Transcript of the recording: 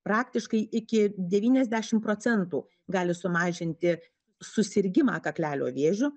praktiškai iki devyniasdešimt procentų gali sumažinti susirgimą kaklelio vėžiu